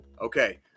Okay